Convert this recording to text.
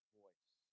voice